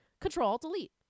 Control-Delete